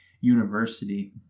university